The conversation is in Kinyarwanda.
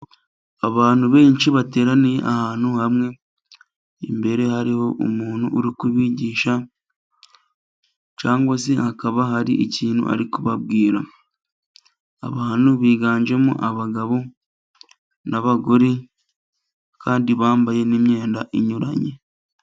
Abantu benshi bateraniye ahantu hamwe, imbere hariho umuntu uri kubigisha, cyangwa se hakaba hari ikintu ari kubabwira. Abantu biganjemo abagabo n'abagore kandi bambaye n'imyenda inyuranye.